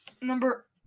number